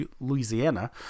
Louisiana